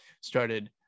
started